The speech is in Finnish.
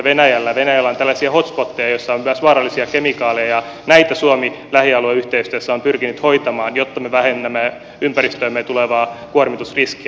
venäjällä on tällaisia hot spoteja joissa on myös vaarallisia kemikaaleja ja näitä suomi lähialueyhteistyössä on pyrkinyt hoitamaan jotta me vähennämme ympäristöömme tulevaa kuormitusriskiä